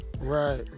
right